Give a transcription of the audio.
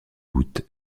août